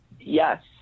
Yes